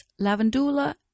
Lavendula